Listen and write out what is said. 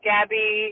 Gabby